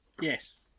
Yes